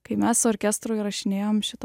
kai mes su orkestru įrašinėjom šitą